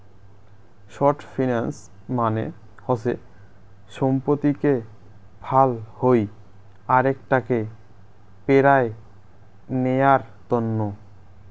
short finance মানে হসে সম্পত্তিকে ফাল হই আরেক টাকে পেরায় নেয়ার তন্ন